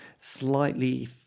slightly